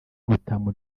rutamu